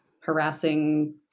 harassing